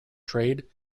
trade